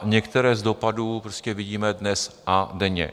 Některé z dopadů prostě vidíme dnes a denně.